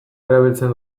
erabiltzen